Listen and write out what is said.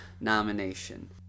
Nomination